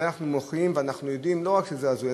על זה אנחנו מוחים, ואנחנו יודעים שזה לא רק הזוי.